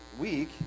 week